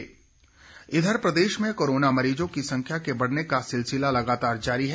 corona इधर प्रदेश में कोरोना मरीजों की संख्या के बढ़ने का सिलसिला लगातार जारी है